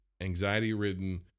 anxiety-ridden